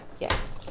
yes